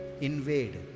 invade